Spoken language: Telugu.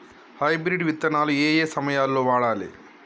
హైబ్రిడ్ విత్తనాలు ఏయే సమయాల్లో వాడాలి?